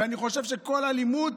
ואני חושב שכל אלימות,